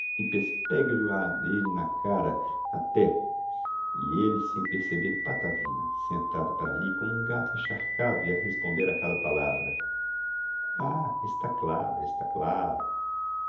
e pespega lho a elle na cara até e elle sem perceber patavina sentado para ali como um gato encharcado e a responder a cada palavra ah está claro está claro